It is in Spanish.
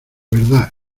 verdad